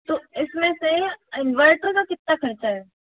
तो इस में से इन्वर्टर का कितना ख़र्चा है